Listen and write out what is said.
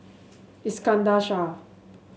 Iskandar Shah